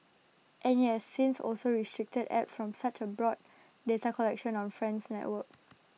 and IT has since also restricted apps from such abroad data collection on friends networks